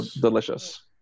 delicious